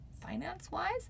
finance-wise